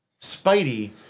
Spidey